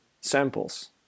samples